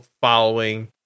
following